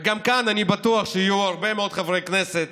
וגם כאן אני בטוח שיהיו הרבה מאוד חברי כנסת